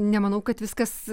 nemanau kad viskas